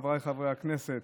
חבריי חברי הכנסת,